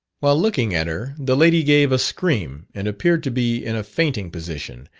while looking at her, the lady gave a scream and appeared to be in a fainting position,